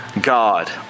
God